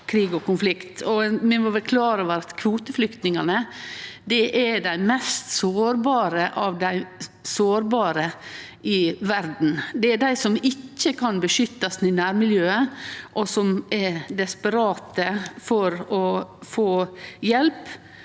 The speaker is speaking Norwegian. Vi må vere klare over at kvoteflyktningane er dei mest sårbare av dei sårbare i verda. Det er dei som ikkje kan beskyttast i nærmiljøet og som er desperate etter å få hjelp,